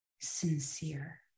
sincere